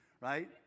right